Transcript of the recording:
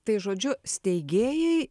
tai žodžiu steigėjai